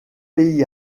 pays